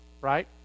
right